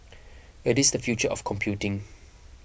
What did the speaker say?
it is the future of computing